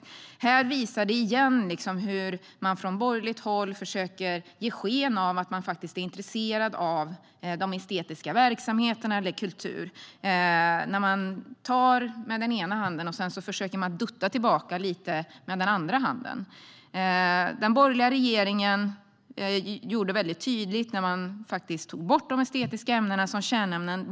Det här visar återigen hur de borgerliga försöker ge sken av att vara intresserade av de estetiska verksamheterna eller kultur. När man tar med ena handen försöker man dutta tillbaka lite med den andra. Den borgerliga regeringen tog bort de estetiska ämnena som kärnämnen.